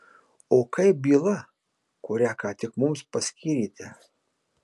o kaip byla kurią ką tik mums paskyrėte